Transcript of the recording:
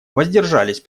воздержались